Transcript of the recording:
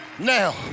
Now